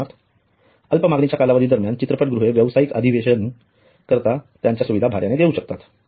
उदाहरणार्थ अल्प मागणीच्या कालावधी दरम्यान चित्रपटगृहे व्यावसायिक अधिवेशन करीता त्यांच्या सुविधा भाड्याने देऊ शकतात